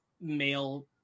male